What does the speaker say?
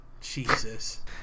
Jesus